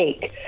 take